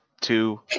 two